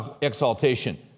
exaltation